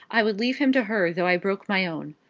i would leave him to her, though i broke my own.